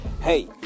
hey